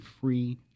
free